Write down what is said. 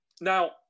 Now